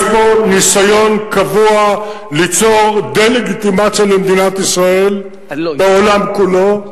יש פה ניסיון קבוע ליצור דה-לגיטימציה למדינת ישראל בעולם כולו.